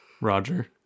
Roger